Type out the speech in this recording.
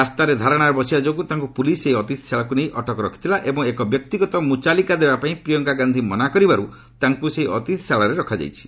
ରାସ୍ତାରେ ଧାରଣାରେ ବସିବା ଯୋଗୁଁ ତାଙ୍କୁ ପୁଲିସ୍ ସେହି ଅତିଥିଶାଳାକୁ ନେଇ ଅଟକ ରଖିଥିଲା ଏବଂ ଏକ ବ୍ୟକ୍ତିଗତ ମୁଚାଲିକା ଦେବାପାଇଁ ପ୍ରିୟଙ୍କା ଗାନ୍ଧି ମନା କରିବାରୁ ତାଙ୍କୁ ସେହି ଅତିଥିଶାଳାରେ ରଖାଯାଇଛି